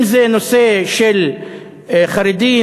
אם נושא של חרדים,